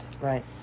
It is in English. Right